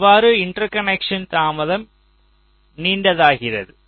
இவ்வாறு இன்டர்கனெக்ஷன் தாமதம் நீண்டதாகிறது